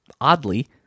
oddly